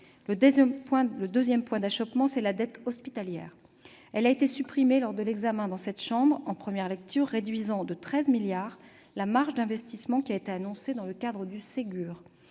Le deuxième point d'achoppement, c'est la reprise de la dette hospitalière. Elle a été supprimée lors de l'examen dans cette chambre en première lecture, ce qui réduit de 13 milliards d'euros la marge d'investissement qui a été annoncée dans le cadre du Ségur